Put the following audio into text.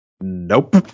Nope